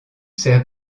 sert